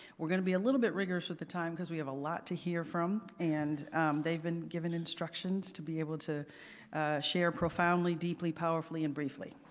we're going to be a little bit rigorous with the time because we have a lot to hear from, and they had been given instructions to be able to share profoundly, deeply, powerfully and briefly